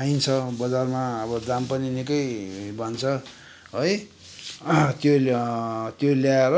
पाइन्छ बजारमा अब दाम पनि निकै भन्छ है त्यो त्यो ल्याएर